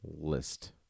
list